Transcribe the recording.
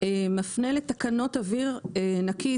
מפנה לתקנות אוויר נקי,